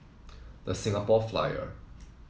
The Singapore Flyer